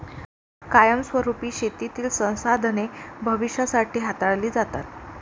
कायमस्वरुपी शेतीतील संसाधने भविष्यासाठी हाताळली जातात